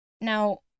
Now